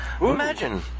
Imagine